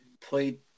played